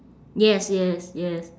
yes yes yes